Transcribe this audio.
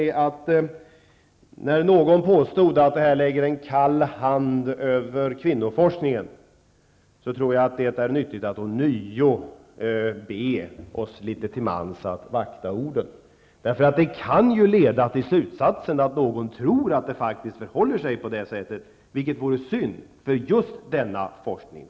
Jag vill då som en andra kommentar så här mot slutet av diskussionen säga, att jag tror att det är nyttigt att ånyo be om att vi litet till mans vaktar orden. Ett sådant påstående kan nämligen leda till att någon tror att det faktiskt förhåller sig på det sättet, och det vore synd för just denna forskning.